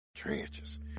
trenches